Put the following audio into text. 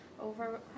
Over